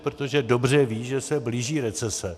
Protože dobře ví, že se blíží recese.